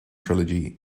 trilogy